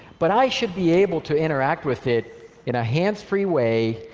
but i should be able to interact with it in a hands-freeway,